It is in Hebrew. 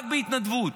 רק בהתנדבות.